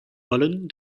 wollen